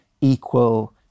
equal